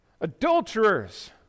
adulterers